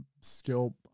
skill